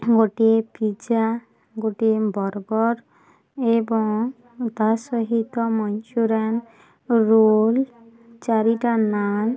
ଗୋଟିଏ ପିଜା ଗୋଟିଏ ବର୍ଗର୍ ଏବଂ ତା ସହିତ ମନଚୁରିଆନ୍ ରୋଲ୍ ଚାରିଟା ନାନ୍